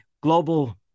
global